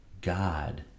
God